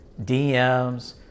DMs